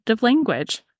language